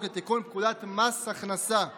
לתיקון פקודת מס הכנסה (מס'